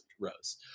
rows